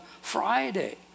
Friday